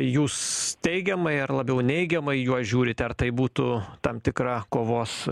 jūs teigiamai ar labiau neigiamai į juos žiūrite ar tai būtų tam tikra kovos